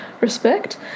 respect